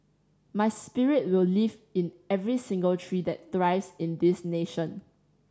my spirit will live in every single tree that thrives in this nation